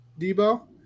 Debo